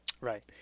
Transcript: Right